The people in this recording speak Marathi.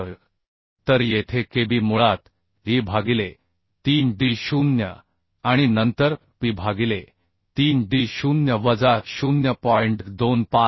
बरोबर तर येथे kb मुळात e भागिले 3d0 आणि नंतर P भागिले 3d0 वजा 0